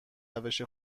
روش